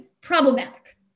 problematic